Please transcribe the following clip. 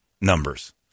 numbers